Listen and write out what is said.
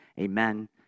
Amen